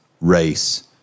race